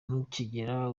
ntukigere